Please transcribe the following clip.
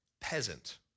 peasant